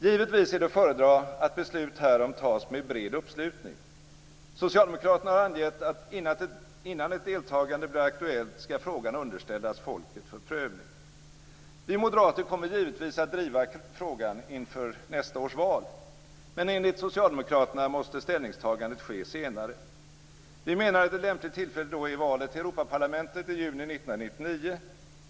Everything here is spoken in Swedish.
Givetvis är det att föredra att ett beslut härom fattas med bred uppslutning. Socialdemokraterna har angivit att innan ett deltagande blir aktuellt, skall frågan underställas folket för prövning. Vi moderater kommer givetvis att driva frågan inför nästa års val. Men enligt Socialdemokraterna måste ställningstagandet ske senare. Vi menar att ett lämpligt tillfälle då är valet till Europaparlamentet i juni 1999.